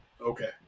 Okay